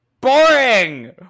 boring